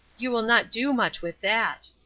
you will not do much with that.